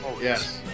Yes